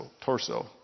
torso